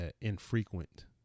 infrequent